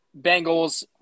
Bengals